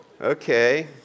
Okay